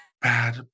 Bad